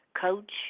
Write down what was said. Coach